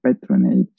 patronage